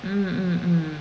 mm mm mm